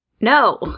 No